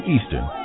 Eastern